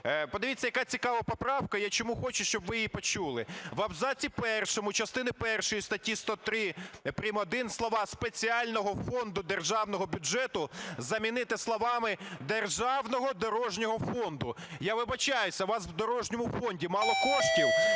подивіться, яка цікава поправка, я чому хочу, щоб ви її почули. В абзаці першому, частини першої статті 103 прим. 1 слова "спеціального фонду державного бюджету" замінити словами "державного дорожнього фонду". Я вибачаюся, у вас в дорожньому фонді мало коштів?